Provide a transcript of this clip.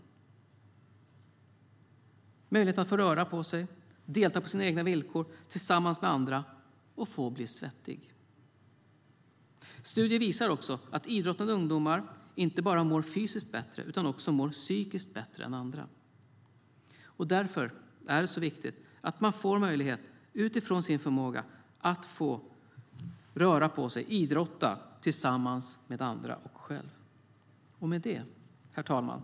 Det handlar om möjligheten att få röra på sig, delta på sina egna villkor tillsammans med andra och få bli svettig. Studier visar också att idrottande ungdomar inte bara mår fysiskt bättre utan också mår psykiskt bättre än andra. Därför är det så viktigt att människor får möjlighet att utifrån sin förmåga röra på sig och idrotta tillsammans med andra och själva. Herr talman!